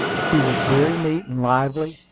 she was very neat and lively,